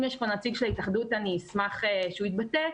אם יש פה נציג של התאחדות, אני אשמח שהוא יתבטא.